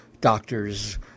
doctors